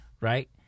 right